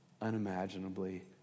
unimaginably